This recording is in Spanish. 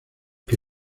que